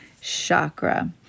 chakra